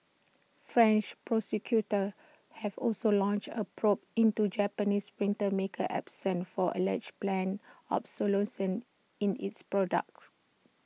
French prosecutors have also launched A probe into Japanese printer maker Epson for alleged planned obsolescence in its products